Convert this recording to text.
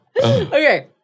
Okay